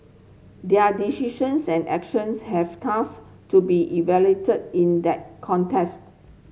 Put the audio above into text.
their decisions and actions have thus to be evaluated in that context